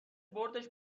بردش